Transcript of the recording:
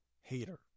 hater